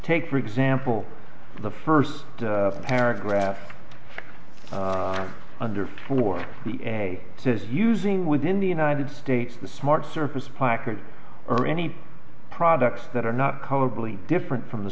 take for example the first paragraph under for the day says using within the united states the smart service placard or any products that are not color bleed different from the